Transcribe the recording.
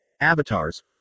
Avatars